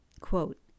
quote